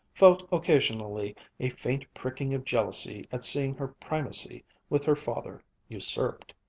felt occasionally a faint pricking of jealousy at seeing her primacy with her father usurped.